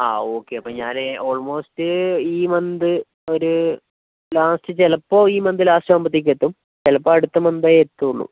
ആ ഓക്കെ അപ്പം ഞാന് ഓൾമോസ്റ്റ് ഈ മന്ത് ഒരു ലാസ്റ്റ് ചിലപ്പോൾ ഈ മന്ത് ലാസ്റ്റ് ആകുമ്പഴത്തേക്കും എത്തും ചിലപ്പോൾ അടുത്ത മന്തേ എത്തുകയുള്ളു